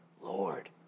Lord